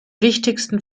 wichtigsten